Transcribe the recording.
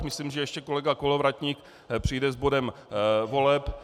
Myslím, že ještě kolega Kolovratník přijde s bodem voleb.